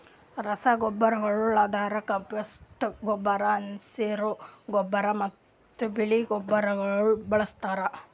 ರಸಗೊಬ್ಬರಗೊಳ್ ಅಂದುರ್ ಕಾಂಪೋಸ್ಟ್ ಗೊಬ್ಬರ, ಹಸಿರು ಗೊಬ್ಬರ ಮತ್ತ್ ಬೆಳಿ ಸರದಿಗೊಳ್ ಬಳಸ್ತಾರ್